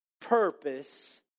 purpose